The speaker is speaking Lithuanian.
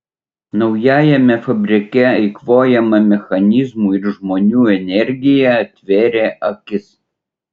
naujajame fabrike eikvojama mechanizmų ir žmonių energija atvėrė akis